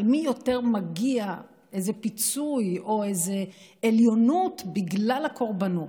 למי יותר מגיע איזה פיצוי או איזו עליונות בגלל הקורבנות,